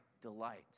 delight